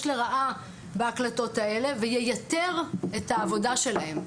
לרעה בהקלטות האלה וייתר את העבודה שלהם.